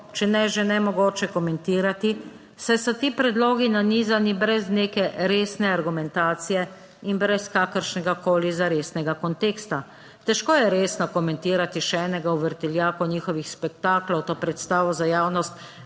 če ne že nemogoče komentirati, saj so ti predlogi nanizani brez neke resne argumentacije in brez kakršnegakoli zaresnega konteksta. Težko je resno komentirati še enega v vrtiljaku njihovih spektaklov, to predstavo za javnost,